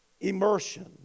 immersion